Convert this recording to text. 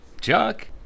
Chuck